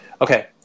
Okay